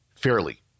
fairly